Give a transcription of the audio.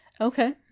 okay